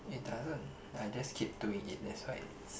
it doesn't I just keep doing it that's why it's